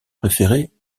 préféré